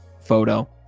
photo